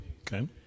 Okay